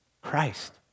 Christ